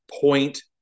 point